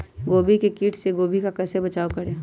गोभी के किट से गोभी का कैसे बचाव करें?